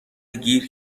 گیر